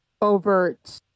overt